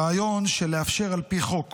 הרעיון של לאפשר על פי חוק